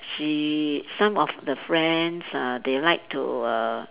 she some of the friends uh they like to err